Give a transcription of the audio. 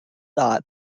thought